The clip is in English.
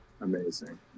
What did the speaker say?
amazing